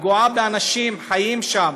פגיעה באנשים שחיים שם,